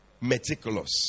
meticulous